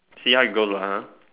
see how it goes ah !huh!